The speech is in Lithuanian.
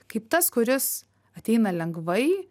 kaip tas kuris ateina lengvai